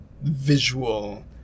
visual